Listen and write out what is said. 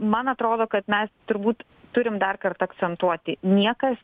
man atrodo kad me turbūt turim dar kart akcentuoti niekas